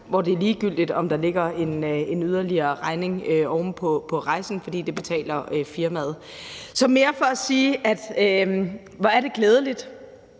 hvor det er ligegyldigt, om der ligger en yderligere regning oven på rejsen, fordi firmaet betaler det. Så det er mere for at sige, at hvor er det glædeligt,